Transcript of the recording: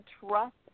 trust